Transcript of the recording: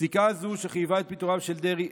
"פסיקה זו, שחייבה את פיטוריו של דרעי"